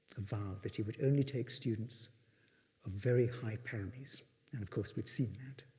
a vow that he would only take students of very high paramis, and of course we've seen that.